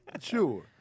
Sure